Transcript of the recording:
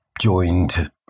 joined